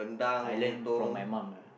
I learn from my mom lah